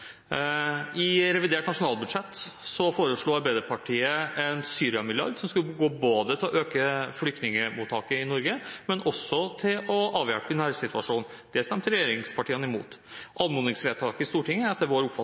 I revidert nasjonalbudsjett foreslo Arbeiderpartiet en Syria-milliard som skulle gå både til å øke flyktningmottaket i Norge og til å avhjelpe i nærsituasjonen. Det stemte regjeringspartiene imot. Anmodningsvedtaket i Stortinget er etter vår